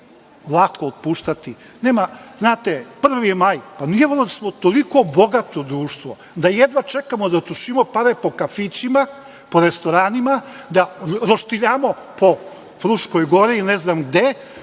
lako otpuštati. Prvi maj, pa nije valjda da smo toliko bogato društvo da jedva čekamo da trošimo pare po kafićima, po restoranima, da roštiljamo po Fruškoj Gori i ne znam gde,